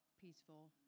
peaceful